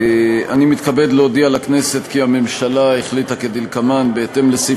אני מתכבד להודיע לכנסת כי הממשלה החליטה כדלקמן: בהתאם לסעיף